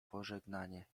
pożegnanie